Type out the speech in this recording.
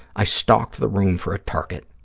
i stalked the room for a target.